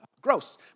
gross